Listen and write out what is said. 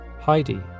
Heidi